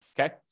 okay